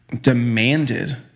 demanded